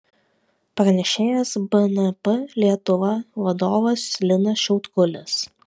pranešėjas bnp lietuva vadovas linas šiautkulis